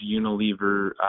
Unilever